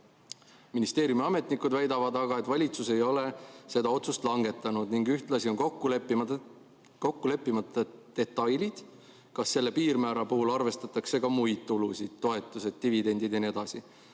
Ministeeriumi ametnikud väidavad aga, et valitsus ei ole seda otsust langetanud, ning ühtlasi on kokku leppimata detailid, kas selle piirmäära puhul arvestatakse ka muid tulusid, toetusi, dividende ja muud.